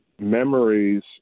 memories